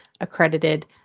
accredited